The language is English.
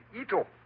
Ito